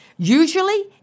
Usually